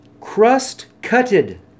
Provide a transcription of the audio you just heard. crust-cutted